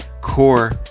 core